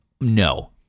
no